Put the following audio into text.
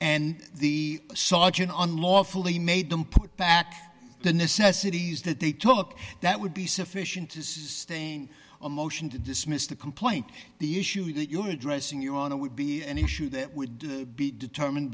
and the sergeant unlawfully made them put back the necessities that they took that would be sufficient to sustain a motion to dismiss the complaint the issue that you're addressing your honor would be an issue that would be determined